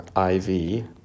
IV